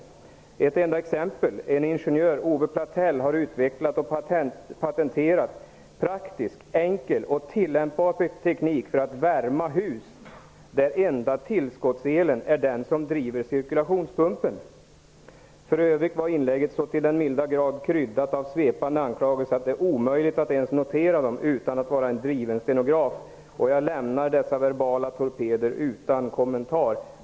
Som exempel vill jag nämna att en ingenjör, Ove Platell, har utvecklat och patenterat praktisk, enkel och tillämpbar teknik för att värma hus; den enda tillskottselen är den som driver cirkulationspumpen. För övrigt var inlägget så till den milda grad kryddat av svepande anklagelser att det är omöjligt att notera dem utan att vara en driven stenograf. Jag lämnar de verbala torpederna utan kommentar.